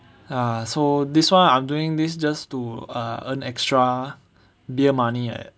ya so this [one] I'm doing this just to earn extra beer money like that